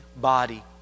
body